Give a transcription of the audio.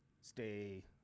stay